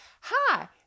Hi